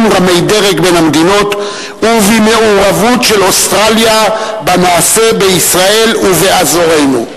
רמי דרג בין המדינות ובמעורבות של אוסטרליה בנעשה בישראל ובאזורנו.